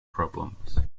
problems